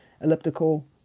elliptical